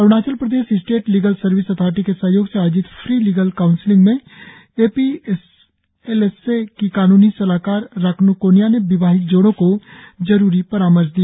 Arunachal Pradesh state legal service authority के सहयोग से आयोजित फ्री लीगल काउंसिलिंग में A P S L S A की कानूनी सलाहकार राकन् कोन्या ने विवाहित जोड़ो को जरुरी परामर्श दिया